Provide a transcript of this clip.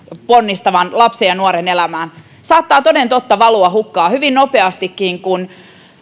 ponnistavan lapsen ja nuoren elämään on tehty paljon panostuksia myös euroina laskettuna ne saattavat toden totta valua hukkaan hyvin nopeastikin kun